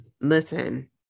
listen